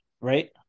right